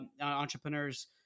entrepreneurs